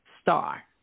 star